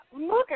look